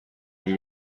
روی